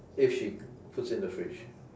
if she puts in the fridge